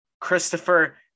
Christopher